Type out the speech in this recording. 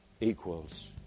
equals